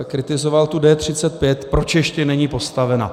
Kritizoval D35, proč ještě není postavena.